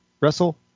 Russell